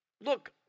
Look